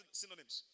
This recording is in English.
synonyms